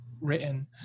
written